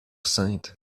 sainte